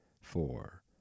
four